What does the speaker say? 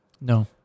No